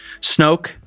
snoke